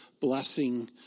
blessing